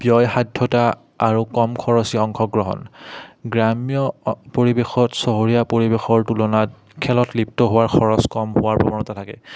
ব্যয় সাধ্যতা আৰু কম খৰচী অংশগ্ৰহণ গ্ৰাম্য অ পৰিৱেশত চহৰীয়া পৰিৱেশৰ তুলনাত খেলত লিপ্ত হোৱাৰ খৰচ কম হোৱাৰ প্ৰৱণতা থাকে